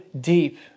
deep